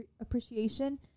appreciation